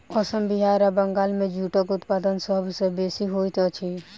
असम बिहार आ बंगाल मे जूटक उत्पादन सभ सॅ बेसी होइत अछि